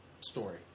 story